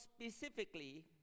specifically